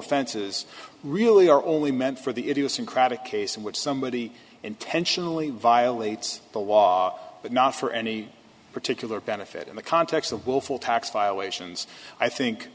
fences really are only meant for the idiosyncratic case in which somebody intentionally violates the law but not for any particular benefit in the context of willful tax violations i think